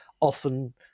often